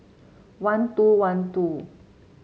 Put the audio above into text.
one two one two